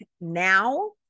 now